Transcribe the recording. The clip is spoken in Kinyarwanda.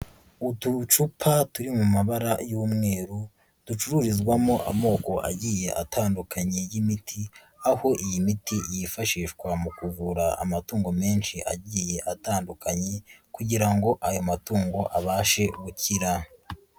Utucupa turi mu mabara y'umweru, ducururizwamo amoko agiye atandukanye y'imiti, aho iyi miti yifashishwa mu kuvura amatungo menshi agiye atandukanye kugira ngo ayo matungo abashe gukira.